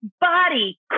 body